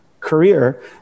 career